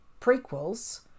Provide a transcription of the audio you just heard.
prequels